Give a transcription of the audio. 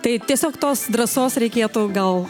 rai tiesiog tos drąsos reikėtų gal